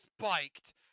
spiked